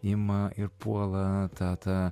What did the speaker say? ima ir puola tą tą